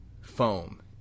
foam